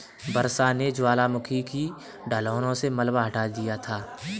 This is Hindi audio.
वर्षा ने ज्वालामुखी की ढलानों से मलबा हटा दिया था